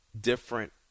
different